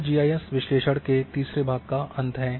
यह G I S विश्लेषण के तीसरे भाग का अंत है